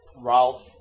Ralph